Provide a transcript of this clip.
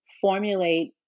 formulate